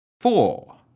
four